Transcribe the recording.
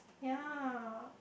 yeah